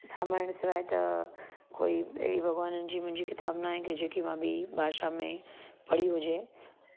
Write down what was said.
रामायण सवाइ त कोई अहिड़ी भॻवाननि जी मुंहिंजी किताबु न आहे जेकी मां ॿीं भाषा में पढ़ी हुजे